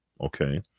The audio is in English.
Okay